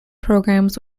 programs